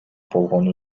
болгону